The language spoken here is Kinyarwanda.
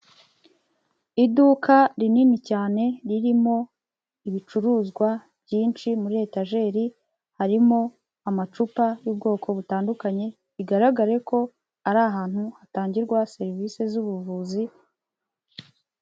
Iduka rinini cyane ririmo ibicuruzwa byinshi muri etajeri, harimo amacupa y'ubwoko butandukanye bigaragare ko ari ahantu hatangirwa serivisi z'ubuvuzi.